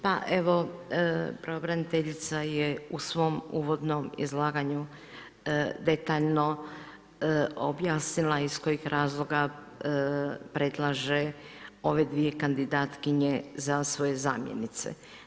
Pa evo, pravobraniteljica je u svom uvodnom izlaganju detaljno objasnila iz kojih razloga predlaže ove dvije kandidatkinje za svoje zamjenice.